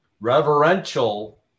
reverential